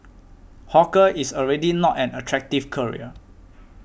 hawker is already not an attractive career